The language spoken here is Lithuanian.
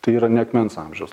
tai yra ne akmens amžiaus